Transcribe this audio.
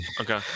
Okay